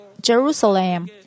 Jerusalem